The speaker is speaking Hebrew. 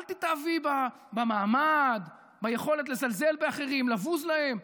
אל תתאהבי במעמד, ביכולת לזלזל באחרים, לבוז להם.